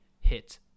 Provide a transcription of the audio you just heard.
hit